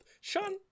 Sean